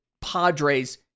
Padres